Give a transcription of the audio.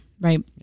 right